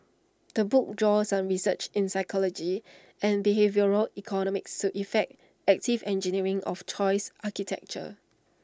the book draws on research in psychology and behavioural economics to effect active engineering of choice architecture